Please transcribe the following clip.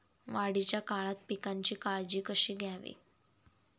वाढीच्या काळात पिकांची काळजी कशी घ्यावी?